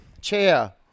chair